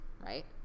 right